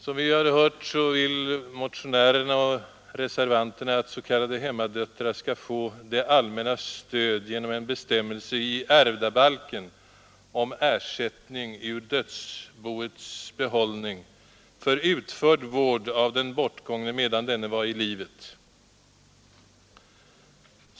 Som vi har hört vill motionärerna och reservanterna att s.k. hemmadöttrar skall få det allmännas stöd genom en bestämmelse i ärvdabalken om ersättning ur dödsboets behållning för utförd vård av den bortgångne medan denne var i livet.